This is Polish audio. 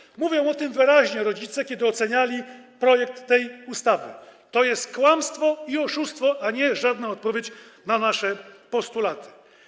Rodzice mówili o tym wyraźnie, kiedy oceniali projekt tej ustawy: To jest kłamstwo i oszustwo, a nie żadna odpowiedź na nasze postulaty.